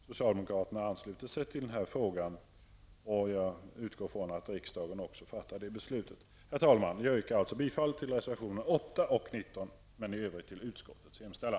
Socialdemokraterna ansluter sig till frågan, och jag utgår också från att riksdagen fattar det beslutet. Herr talman! Jag yrkar bifall till reservationerna 8